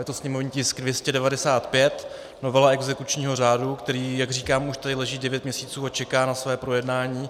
Je sněmovní tisk 295, novela exekučního řádu, který, jak říkám, už tady leží devět měsíců a čeká na své projednání.